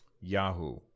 Yahoo